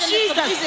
Jesus